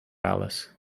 alice